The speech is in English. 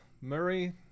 Murray